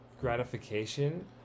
gratification